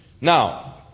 Now